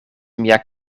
mia